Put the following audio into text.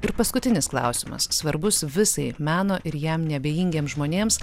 ir paskutinis klausimas svarbus visai meno ir jam neabejingiems žmonėms